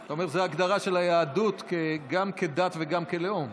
אתה אומר, זו ההגדרה של היהדות, גם כדת וגם כלאום.